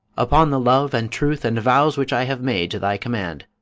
upon the love, and truth, and vows, which i have made to thy command?